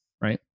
right